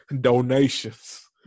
Donations